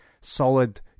solid